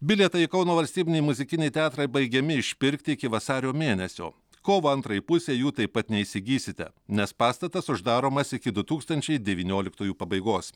bilietai į kauno valstybinį muzikinį teatrą baigiami išpirkti iki vasario mėnesio kovo antrai pusei jų taip pat neįsigysite nes pastatas uždaromas iki du tūkstančiai devynioliktųjų pabaigos